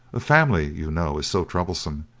a family, you know, is so troublesome,